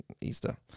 Easter